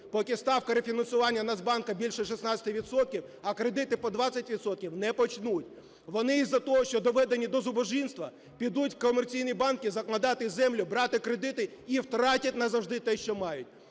Поки ставка рефінансування Нацбанку більше 16 відсотків, а кредити по 20 відсотків, не почнуть. Вони із-за того, що доведені до зубожіння, підуть в комерційні банки закладати землю, брати кредити і втратять назавжди те, що мають.